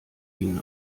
ihnen